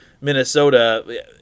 Minnesota